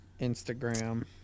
Instagram